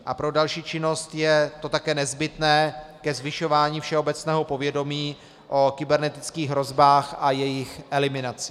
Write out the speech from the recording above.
A pro další činnost je to také nezbytné ke zvyšování všeobecného povědomí o kybernetických hrozbách a jejich eliminaci.